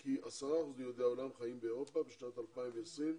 כי 10% מיהודי העולם חיים באירופה בשנת 2020,